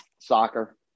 Soccer